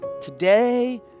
Today